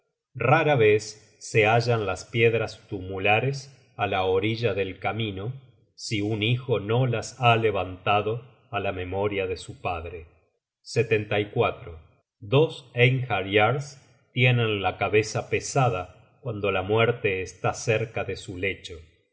rara vez se hallan las piedras tumulares á la orilla del camino si un hijo no las ha levantado á la memoria de su padre dos einhaeryars tienen la cabeza pesada cuando la muerte está cerca de su lecho